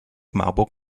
marburg